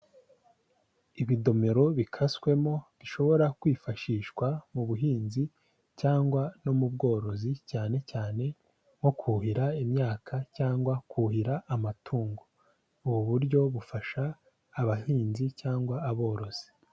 Ibidomero bikaswemo, bishobora kwifashishwa mu buhinzi cyangwa no mu bworozi, cyane cyane nko kuhira imyaka cyangwa kuhira amatungo. Ubu buryo bufasha abahinzi cyangwa aborozi.